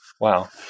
Wow